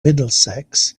middlesex